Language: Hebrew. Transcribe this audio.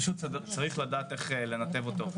פשוט צריך לדעת איך לנתב אותו,